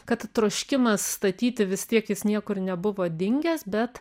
kad troškimas statyti vis tiek jis niekur nebuvo dingęs bet